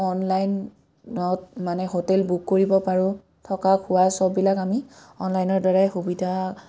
অনলাইনত মানে hotel book কৰিব পাৰোঁ থকা খোৱা চববিলাক আমি অনলাইনৰ দ্বাৰাই সুবিধা